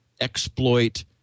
exploit